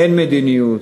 אין מדיניות,